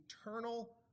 eternal